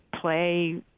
play